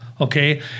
okay